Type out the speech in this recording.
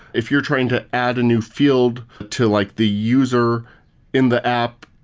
if you're trying to add a new field to like the user in the app.